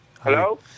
Hello